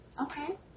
Okay